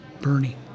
Bernie